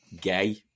Gay